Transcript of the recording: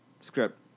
script